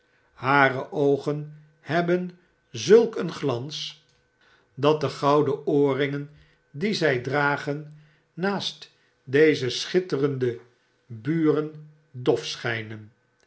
hare oogen hebben zulk een glans dat de gouden oorringen die zjj dragen naast deze schitterende buren dof schijnen